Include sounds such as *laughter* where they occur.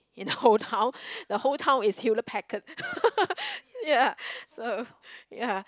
in the whole town the whole town is Hewlett-Packard *laughs* ya so ya